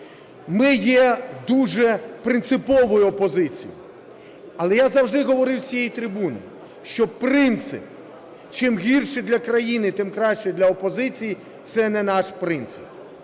Ми є дуже принциповою опозицією, але я завжди говорив з цієї трибуни, що принцип чим гірше для країни, тим краще для опозиції – це не наш принцип.